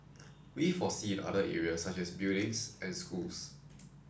we foresee in other areas such as buildings and schools